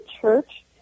church